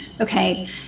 okay